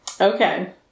Okay